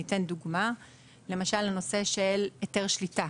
אני אתן דוגמה בנושא של היתר שליטה: